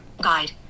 Guide